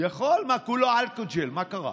יכול, כולה אלכוג'ל, מה קרה?